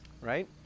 right